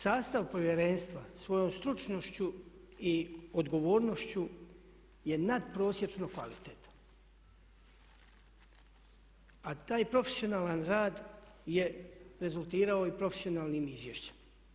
Sastav povjerenstva svojom stručnošću i odgovornošću je nadprosječno kvalitetan, a taj profesionalan rad je rezultirao i profesionalnim izvješćem.